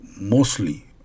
mostly